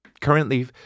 currently